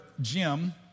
Jim